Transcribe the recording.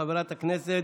לא נתקבלה.